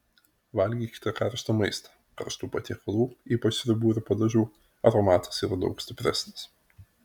valgykite karštą maistą karštų patiekalų ypač sriubų ir padažų aromatas yra daug stipresnis